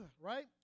right